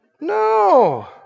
No